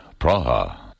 Praha